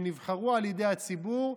שנבחרו על ידי הציבור,